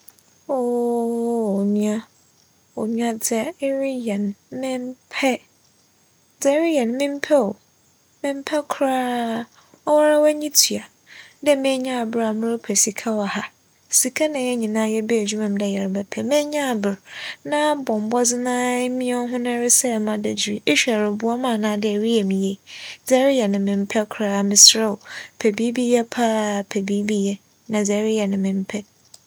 Ooo Onua! Onua dza ereyɛ no memmpɛ. Dza ereyɛ no memmpɛ o, memmpɛ koraa. ͻwoara w'enyi tua dɛ m'enyi aber a merepɛ sika wͻ ha. Sika na hɛn nyinara yɛbaa edwuma mu dɛ yɛrebɛpɛ. M'enyiwa aber, na abͻ mbͻdzen ara na eresɛɛ m'adagyer yi ehwɛ a eroboa me anaa ereyɛ me yie. Dza ereyɛ no memmpɛ koraa meserɛ wo, pɛ biribi yɛ paa pɛ biribi yɛ na dza ereyɛ no memmpɛ.